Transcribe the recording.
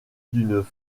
d’une